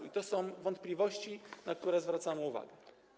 I to są wątpliwości, na które zwracamy uwagę.